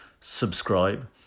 subscribe